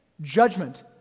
judgment